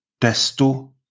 desto